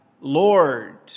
Lord